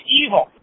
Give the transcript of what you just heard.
evil